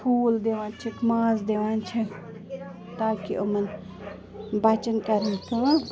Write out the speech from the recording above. ٹھوٗل دِوان چھِکھ ماز دِوان چھِکھ تاکہِ یِمَن بَچَن کَرَن کٲم